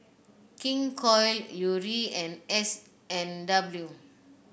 King Koil Yuri and S and W